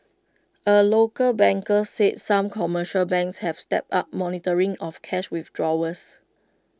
A local banker said some commercial banks have stepped up monitoring of cash withdrawals